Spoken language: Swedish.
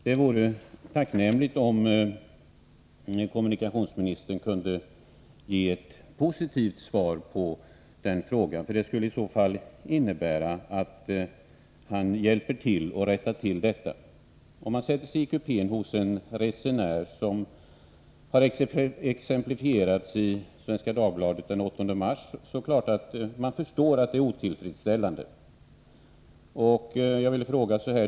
Det vore tacknämligt om kommunikationsministern kunde ge ett positivt svar på den frågan. Det skulle i så fall innebära att han hjälper till att rätta till detta. Om man sätter sig i kupén hos en resenär såsom exemplifierats i Svenska Dagbladet den 8 mars, förstår man givetvis att det hela är otillfredsställande.